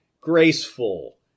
Graceful